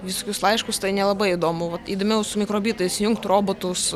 visokius laiškus tai nelabai įdomu vat įdomiau su mikrobitais jungt robotus